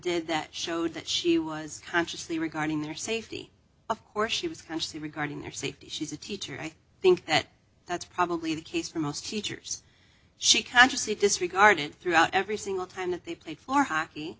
did that showed that she was consciously regarding their safety of course she was consciously regarding their safety she's a teacher i think that that's probably the case for most teachers she consciously disregarded throughout every single time that they played for hockey